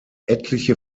etliche